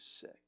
sick